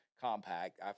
compact